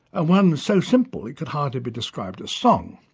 ah one so simple it could hardly be described as song.